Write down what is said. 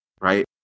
right